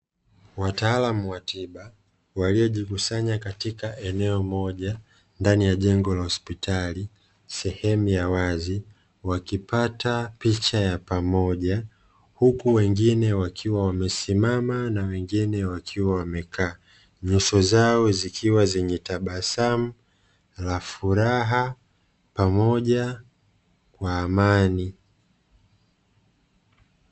Wataalamu wa tiba waliojikusanya katika eneo moja ndani ya jengo la hospitali sehemu ya wazi, wakipata picha ya pamoja huku wengine wakiwa wamesimama na wengine wakiwa wamekaa, nyuso zao zikiwa zenye tabasamu la furaha pamoja kwa amani.